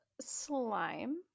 slime